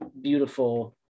beautiful